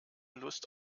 lust